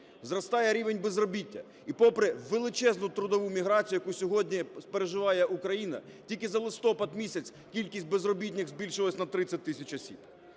Зростає рівень безробіття, і попри величезну трудову міграцію, яку сьогодні переживає Україна, тільки за листопад місяць кількість безробітних збільшилась на 30 тисяч осіб.